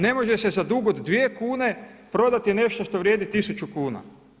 Ne može se za dug od 2 kune prodati nešto što vrijedi 1000 kuna.